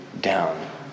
down